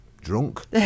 drunk